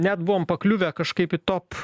net buvom pakliuvę kažkaip į top